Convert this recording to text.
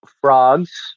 frogs